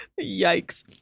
Yikes